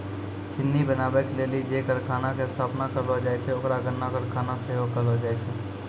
चिन्नी बनाबै के लेली जे कारखाना के स्थापना करलो जाय छै ओकरा गन्ना कारखाना सेहो कहलो जाय छै